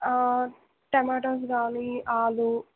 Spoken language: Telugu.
టమాటోస్ కానీ ఆలూ